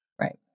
Right